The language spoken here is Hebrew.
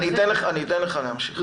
אליוסף, אני אתן לך להמשיך.